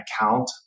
account